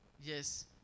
Yes